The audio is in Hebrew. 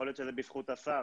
יכול להיות שזה בזכות השר,